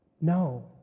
No